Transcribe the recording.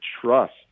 trust